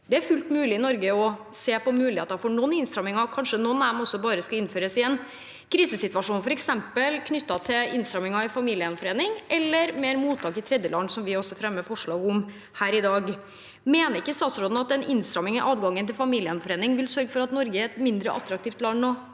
Det er fullt mulig i Norge å se på muligheter for noen innstramminger. Kanskje noen av dem bare skal innføres i en krisesituasjon, f.eks. innstramminger i familiegjenforening eller mer mottak i tredjeland, som vi også fremmer forslag om her i dag. Mener ikke statsråden at en innstramming i adgangen til familiegjenforening vil sørge for at Norge er et mindre attraktivt land å